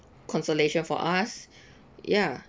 consolation for us ya